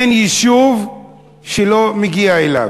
אין יישוב שהוא לא מגיע אליו.